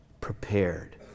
prepared